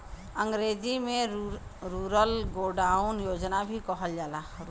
अंग्रेजी में rural godown योजना भी कहल जाला